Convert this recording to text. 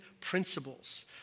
principles